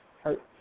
hurt